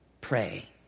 pray